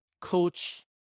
coach